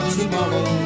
tomorrow